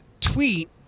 tweet